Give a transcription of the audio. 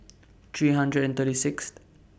three hundred and thirty Sixth